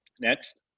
next